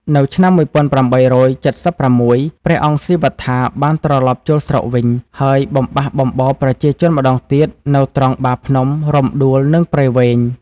នៅឆ្នាំ ១៨៧៦ ព្រះអង្គស៊ីវត្ថាបានត្រឡប់ចូលស្រុកវិញ ហើយបំបះបំបោរប្រជាជនម្ដងទៀតនៅត្រង់បាភ្នំ រំដួល និងព្រៃវែង។